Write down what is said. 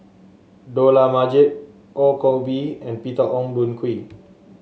Dollah Majid Ong Koh Bee and Peter Ong Boon Kwee